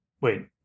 wait